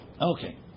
Okay